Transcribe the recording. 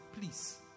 please